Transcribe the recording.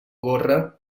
gorra